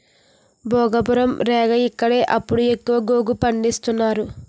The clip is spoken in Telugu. భోగాపురం, రేగ ఇక్కడే అప్పుడు ఎక్కువ గోగు పంటేసేవారు